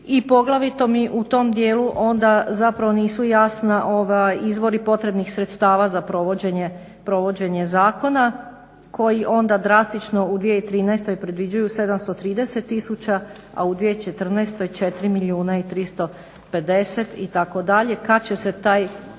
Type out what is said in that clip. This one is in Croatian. i poglavito mi u tom dijelu onda zapravo nisu jasni izvori potrebnih sredstava za provođenje zakona koji onda drastično u 2013. predviđaju 730 000, a u 2014. 4 milijuna i 350 itd. Kad će se taj